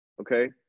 okay